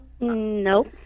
No